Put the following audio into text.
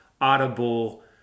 audible